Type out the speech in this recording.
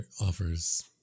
offers